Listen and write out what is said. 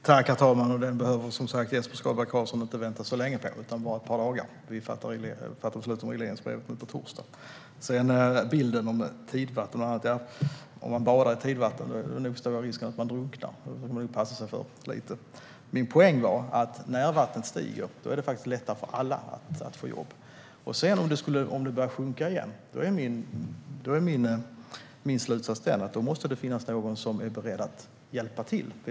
Herr talman! Jesper Skalberg Karlsson behöver som sagt bara vänta ett par dagar på närhetsprincipen eftersom vi fattar beslut om regleringsbrevet på torsdag. Angående bilden av tidvattnet: Badar man i tidvatten är det stor risk att man drunknar. Det bör man passa sig för. Min poäng var att när vattnet stiger är det lättare för alla att få jobb. Om vattnet börjar sjunka måste det finnas någon som är beredd att hjälpa till.